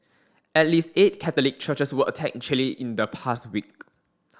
at least eight Catholic churches were attacked in Chile in the past week